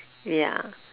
ya